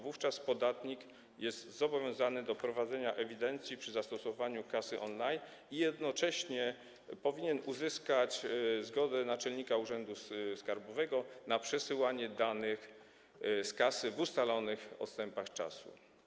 Wówczas podatnik jest zobowiązany do prowadzenia ewidencji przy zastosowaniu kasy on-line i jednocześnie powinien uzyskać zgodę naczelnika urzędu skarbowego na przesyłanie danych z kasy w ustalonych odstępach czasu.